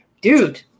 dude